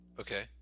Okay